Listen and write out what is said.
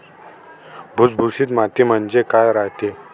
भुसभुशीत माती म्हणजे काय रायते?